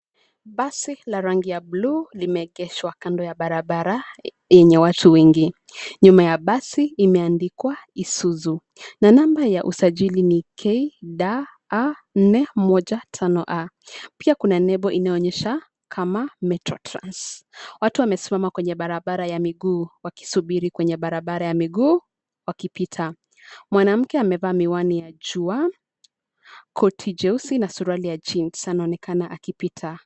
Basi la rangi ya bluu limeegeshwa kando ya barabara, enye watu wengi, nyuma ya basi imeandikwa, Isuzu , na namba ya usajili ni KDA 415A , pia kuna nembo inayoonyesha, kama, Metro Trans , watu wamesimama kwenye barabara ya miguu, wakisubiri kwenye barabara ya miguu, wakipita, mwanamke amevaa miwani ya jua, koti jeusi na suruali ya jeans anaonekana akipita.